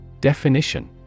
Definition